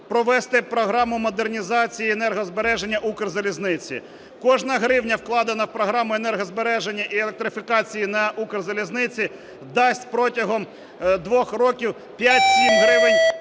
провести програму модернізації енергозбереження Укрзалізниці. Кожна гривня, вкладена в програму енергозбереження і електрифікації на Укрзалізниці, дасть протягом двох років 5-7 гривень